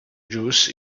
juice